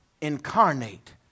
incarnate